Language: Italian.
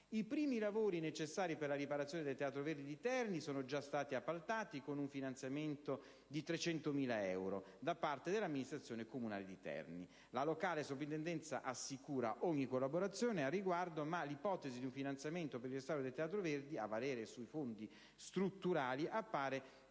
I primi lavori necessari per la riparazione del teatro Verdi di Terni sono già stati appaltati con un finanziamento di 300.000 euro da parte dell'amministrazione comunale di Terni. La locale Soprintendenza assicura ogni collaborazione al riguardo, ma l'ipotesi di un finanziamento per il restauro del teatro Verdi, a valere sui fondi strutturali, appare